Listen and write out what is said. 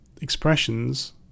expressions